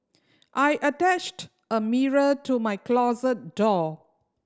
I attached a mirror to my closet door